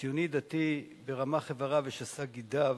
ציוני-דתי ברמ"ח איבריו ושס"ה גידיו,